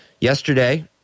yesterday